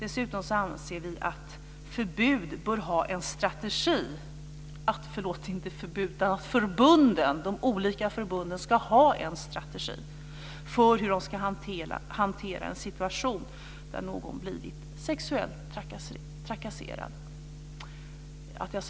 Dessutom anser vi att de olika förbunden ska ha en strategi för hur de ska hantera en situation där någon blivit sexuellt trakasserad.